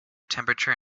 temperature